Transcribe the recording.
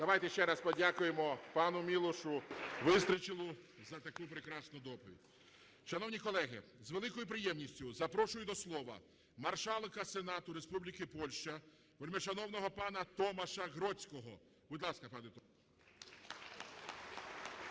Давайте ще раз подякуємо пану Мілошу Вистрчілу за таку прекрасну доповідь. Шановні колеги, з великою приємністю запрошую до слова Маршалка Сенату Республіки Польща вельмишановного пана Томаша Гродзького. Будь ласка, пане Томаш.